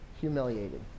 humiliated